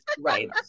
right